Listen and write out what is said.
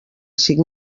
cinc